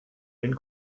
den